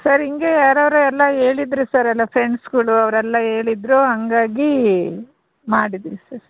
sir ಹೀಗೇ ಯಾರ್ಯಾರೋ ಎಲ್ಲ ಹೇಳಿದರು ಸರ್ ಎಲ್ಲ ಫ್ರೆಂಡ್ಸ್ಗಳು ಅವರೆಲ್ಲ ಹೇಳಿದ್ರು ಹಾಗಾಗಿ ಮಾಡಿದ್ವಿ ಸರ್